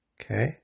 Okay